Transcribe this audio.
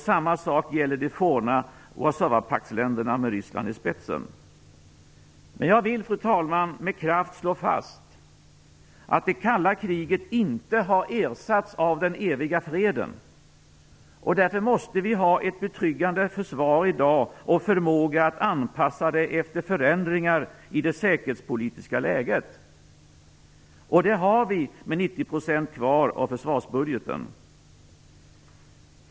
Samma sak gäller de forna Warszawapaktsländerna med Ryssland i spetsen. Fru talman! Jag vill med kraft slå fast att det kalla kriget inte har ersatts av den eviga freden. Därför måste vi ha ett betryggande försvar i dag och förmåga att anpassa det efter förändringar i det säkerhetspolitiska läget. Det har vi med 90 % av försvarsbudgeten kvar.